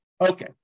Okay